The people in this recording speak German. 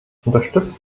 unterstützt